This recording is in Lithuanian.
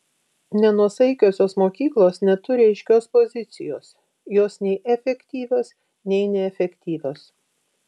nenuosaikiosios mokyklos neturi aiškios pozicijos jos nei efektyvios nei neefektyvios